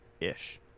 ish